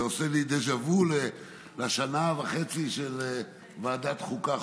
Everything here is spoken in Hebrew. זה עושה לי דז'ה וו לשנה וחצי של ועדת חוקה,